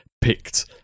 picked